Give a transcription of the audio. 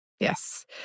Yes